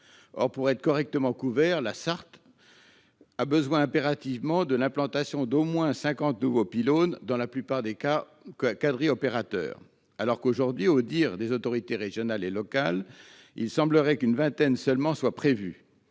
Or, pour être correctement couverte, la Sarthe a impérativement besoin de l'implantation d'au moins 50 nouveaux pylônes, dans la plupart des cas quadri-opérateurs. Pourtant, aujourd'hui, au dire des autorités régionales et locales, il semblerait qu'une vingtaine seulement soit prévue.